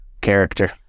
character